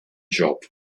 job